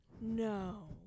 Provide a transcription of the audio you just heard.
No